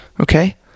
okay